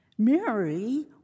Mary